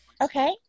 Okay